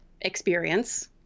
experience